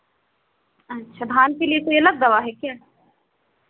अच्छा धान के लिए कोई अलग दवा है क्या